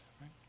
right